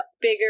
bigger